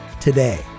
today